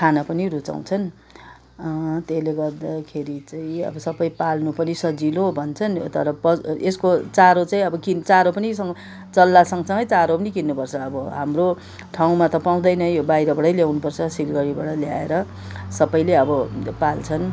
खान पनि रुचाउँछन् त्यसले गर्दाखेरि चाहिँ अब सबै पाल्न पनि सजिलो भन्छन् तर यसको चारो चाहिँ चारो पनि चल्ला सँगसँगै चारो पनि किन्नु पर्छ अब हाम्रो ठाउँमा त पाउँदैन यो बाहिरबाटै ल्याउनु पर्छ सिलगढी ल्याएर सबैले अब पाल्छन्